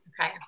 Okay